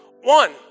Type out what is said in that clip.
one